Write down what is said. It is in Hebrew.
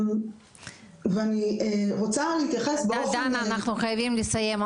אני רוצה להתייחס --- דנה אנחנו חייבים לסיים,